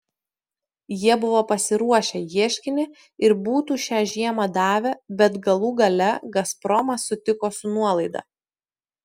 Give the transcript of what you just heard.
jie buvo pasiruošę ieškinį ir būtų šią žiemą davę bet galų gale gazpromas sutiko su nuolaida